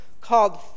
called